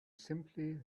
simply